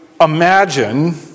imagine